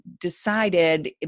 decided